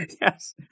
Yes